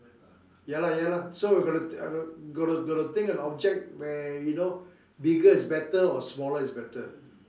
ya lah ya lah so you got I got got to got to think an object where you know bigger is better or smaller is better